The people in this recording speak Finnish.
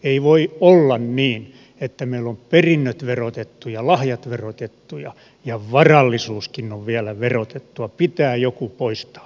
ei voi olla niin että meillä on perinnöt verotettuja lahjat verotettuja ja varallisuuskin on vielä verotettua pitää joku poistaa